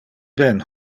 ben